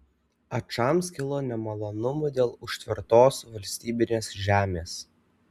ačams kilo nemalonumų dėl užtvertos valstybinės žemės